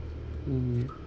mm